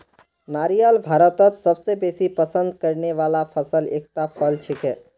नारियल भारतत सबस बेसी पसंद करने वाला फलत एकता फल छिके